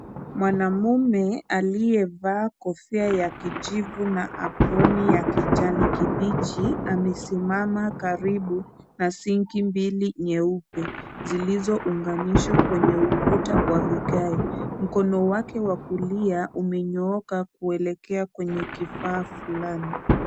Mwanamume aliyevaa kofia ya kijivu, na aproni ya kijani kibichi, amesimama karibu na sink mbili nyeupe, zilizounganishwa kwenye ukuta wa vigae. Mkono wake wa kulia umenyooka, kuelekea kwenye kifaa fulani.